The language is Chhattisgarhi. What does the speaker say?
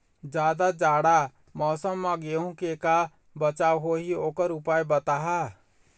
जादा जाड़ा मौसम म गेहूं के का बचाव होही ओकर उपाय बताहा?